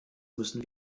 müssen